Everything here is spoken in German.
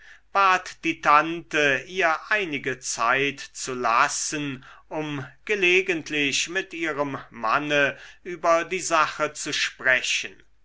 bat die tante ihr einige zeit zu lassen um gelegentlich mit ihrem manne über die sache zu sprechen